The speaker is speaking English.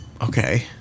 Okay